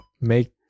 make